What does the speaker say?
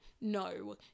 No